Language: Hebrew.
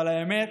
אבל האמת,